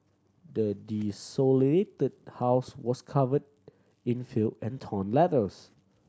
the desolated house was covered in filth and torn letters